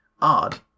Odd